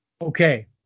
Okay